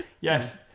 Yes